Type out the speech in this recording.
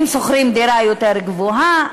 אם שוכרים דירה יותר גדולה,